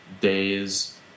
days